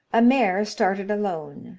a mare started alone,